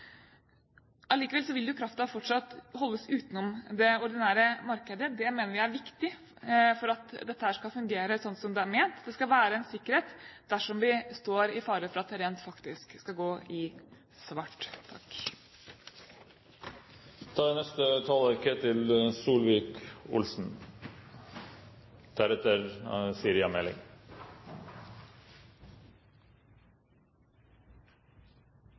Allikevel vil jo kraften fortsatt holdes utenom det ordinære markedet. Det mener vi er viktig for at dette skal fungere sånn som det er ment. Det skal være en sikkerhet dersom vi står i fare for at det rent faktisk skal gå i svart. Det er